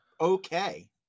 okay